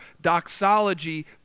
doxology